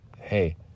hey